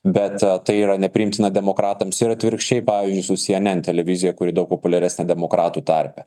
bet a tai yra nepriimtina demokratams ir atvirkščiai pavyzdžiui su si en en televizija kuri daug populiaresnė demokratų tarpe